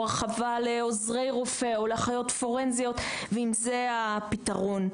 או הרחבה לעוזרי רופא או לאחיות פורנזיות ואם זה הפתרון.